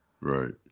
Right